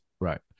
right